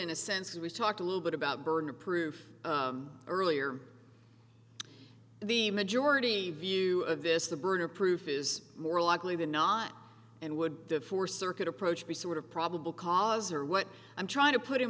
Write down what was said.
in a sense who has talked a little bit about burden of proof earlier the majority view of this the burden of proof is more likely than not and would therefore circuit approach the sort of probable cause or what i'm trying to put in